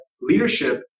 leadership